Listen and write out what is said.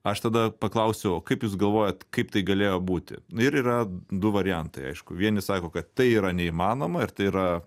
aš tada paklausiu o kaip jūs galvojat kaip tai galėjo būti ir yra du variantai aišku vieni sako kad tai yra neįmanoma ir tai yra